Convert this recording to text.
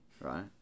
right